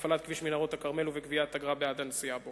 בהפעלת כביש מנהרות-הכרמל ובגביית אגרה בעד הנסיעה בו.